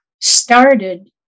started